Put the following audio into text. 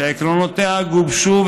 שעקרונותיה גובשו,